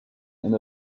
and